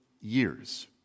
years